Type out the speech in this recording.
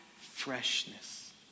freshness